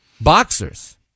Boxers